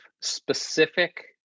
specific